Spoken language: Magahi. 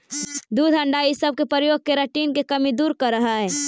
दूध अण्डा इ सब के प्रयोग केराटिन के कमी दूर करऽ हई